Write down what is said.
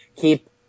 keep